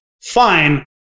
fine